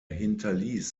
hinterließ